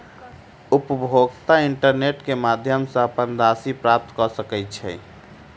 उपभोगता इंटरनेट क माध्यम सॅ अपन राशि प्राप्त कय सकै छै